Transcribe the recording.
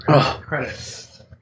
credits